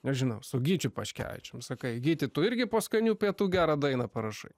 nežinau su gyčiu paškevičium sakai gyti tu irgi po skanių pietų gerą dainą parašai